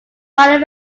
fire